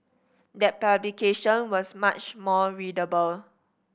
that publication was much more readable